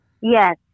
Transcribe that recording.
Yes